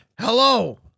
Hello